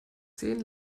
zehn